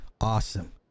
Awesome